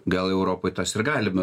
gal europoj tas ir galima